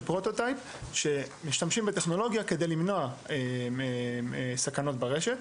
פרוטטייפ שמשתמשים בטכנולוגיה כדי למנוע סכנות ברשת.